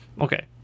okay